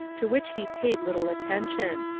to which he paid little attention.